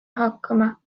hakkama